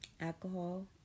alcohol